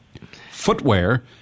footwear